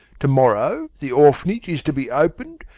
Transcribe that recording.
to-morrow the orphanage is to be opened,